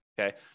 okay